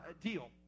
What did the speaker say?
deal